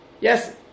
Yes